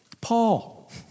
Paul